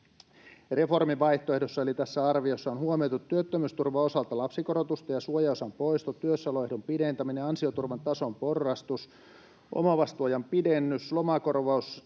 ”Reformivaihtoehdossa” — eli tässä arviossa — ”on huomioitu työttömyysturvan osalta lapsikorotusten ja suojaosan poisto, työssäoloehdon pidentäminen, ansioturvan tason porrastus, omavastuuajan pidennys, lomakorvausten